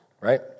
right